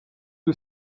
who